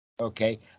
Okay